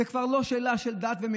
זו כבר שאלה של דת.